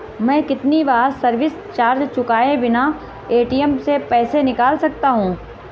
मैं कितनी बार सर्विस चार्ज चुकाए बिना ए.टी.एम से पैसे निकाल सकता हूं?